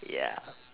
ya